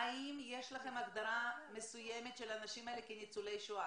האם יש לכם הגדרה מסוימת של האנשים האלה כניצולי שואה?